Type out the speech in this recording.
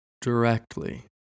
directly